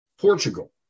Portugal